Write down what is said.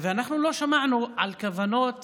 אנחנו לא שמענו על כוונות.